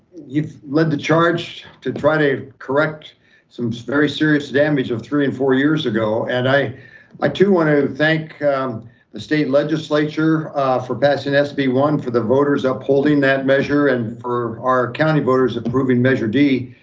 you've led the charge to try to correct some very serious damage of three and four years ago. and i i too want to thank the state legislature for passing s b one for the voters upholding that measure and for our county voters approving measure d.